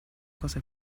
cosa